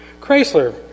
Chrysler